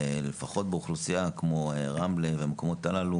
לפחות באוכלוסייה כמו רמלה ובמקומות הללו